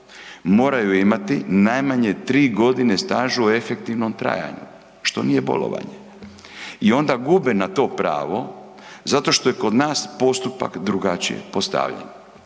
moraju imati najmanje 3 g. staža u efektivnom trajanju, što nije bolovanje. I onda gube na to pravo zato što je kod nas postupak drugačije postavljen.